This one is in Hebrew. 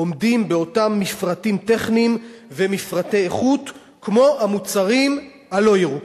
עומדים באותם מפרטים טכניים ומפרטי איכות כמו המוצרים הלא-ירוקים.